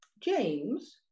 James